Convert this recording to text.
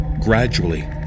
Gradually